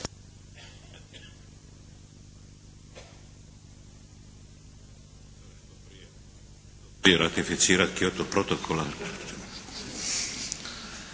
Hvala vam.